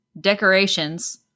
decorations